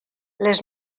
les